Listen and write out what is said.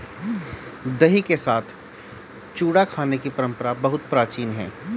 दही के साथ चूड़ा खाने की परंपरा बहुत प्राचीन है